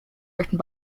written